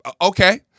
Okay